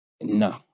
No